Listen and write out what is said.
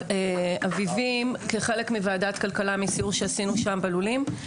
ובאביבים כחלק מוועדת הכלכלה בסיור שעשינו שם בלולים.